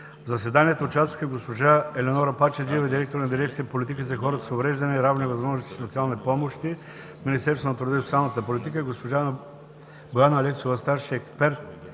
В заседанието участваха: госпожа Елеонора Пачеджиева – директор на дирекция „Политика за хората с увреждания, равни възможности и социални помощи“ в Министерството на труда и социалната политика, госпожа Бояна Алексова – старши експерт